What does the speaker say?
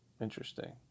Interesting